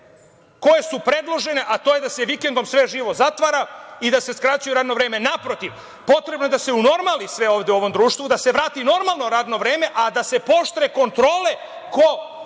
koje su predložene, a to je da se vikendom sve živo zatvara i da se skraćuje radno vreme. Naprotiv, potrebno je da se unormali sve ovo u ovom društvu, da se vrati normalno radno vreme, a da se pooštre kontrole ko